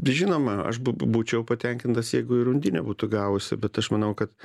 žinoma aš b b būčiau patenkintas jeigu ir undinė būtų gavusi bet aš manau kad